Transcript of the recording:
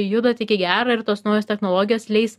juda tik į gera ir tos naujos technologijos leis